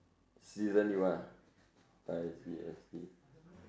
season you ah I see I see